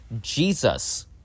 Jesus